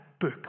book